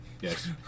Yes